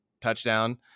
touchdown